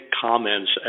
comments